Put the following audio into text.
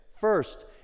first